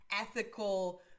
ethical